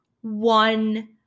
one